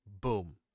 Boom